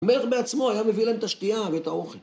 ‫מלך בעצמו היה מביא להם את השתיה ואת האוכל.